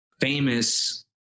famous